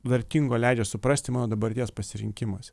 vertingo leidžia suprasti mano dabarties pasirinkimuose